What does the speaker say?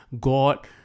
God